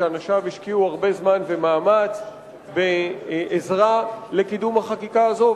שאנשיו השקיעו הרבה זמן ומאמץ בעזרה לקידום החקיקה הזאת,